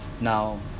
Now